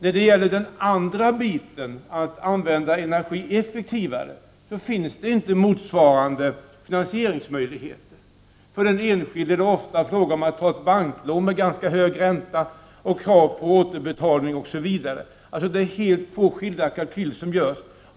När det gäller den andra biten, att använda energi effektivare, finns inte motsvarande finansieringsmöjligheter. För den enskilde är det ofta fråga om att ta ett banklån med ganska hög ränta, med krav på återbetalning, o.s.v. Det är alltså två helt skilda kalkyler som görs.